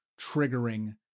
triggering